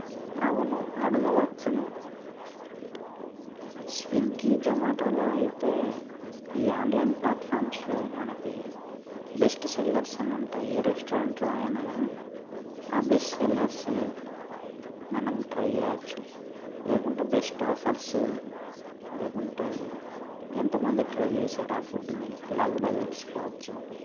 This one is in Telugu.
అవును అడగవచ్చును స్విగ్గి జోమాటోలో అయితే ఈ ఆన్లైన్ ప్లాట్ఫామ్స్లో మనకి బెస్ట్ సెల్లర్స్ అని ఉంటాయి ఏ రెస్టారెంట్లో అయినా కానీ ఆ బెస్ట్ సెల్లర్స్ మనం ట్రై చేయచ్చు లేకుంటే బెస్ట్ ఆఫర్సు లేకుంటే ఎంతమంది ట్రై చేశారు ఆ ఫుడ్ని అలా కూడా తెలుసుకోవచ్చు